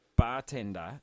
Bartender